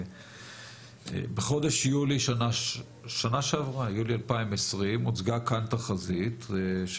בחודש יולי שנה שעברה הוצגה כאן תחזית של